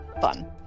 fun